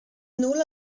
nul